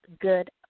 good